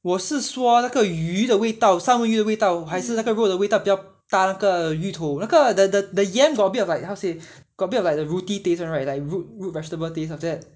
我是说那个鱼的味道三文鱼的味道还是那个肉的味道比较搭那个芋头那个 the the yam got a bit of like how say got a bit of like rooty take right like root root vegetable taste after that